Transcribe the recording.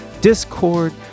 discord